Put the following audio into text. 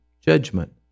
judgment